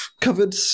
covered